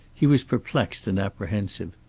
he was perplexed and apprehensive.